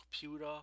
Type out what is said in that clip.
computer